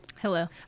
Hello